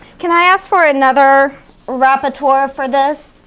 can i ask for another repertoire for this?